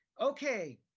okay